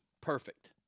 Perfect